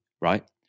right